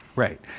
Right